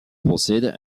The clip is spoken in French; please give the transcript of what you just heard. possède